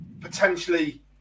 potentially